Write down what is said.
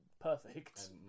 perfect